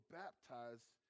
baptized